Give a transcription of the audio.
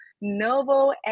Novo